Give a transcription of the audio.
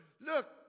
Look